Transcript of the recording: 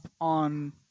on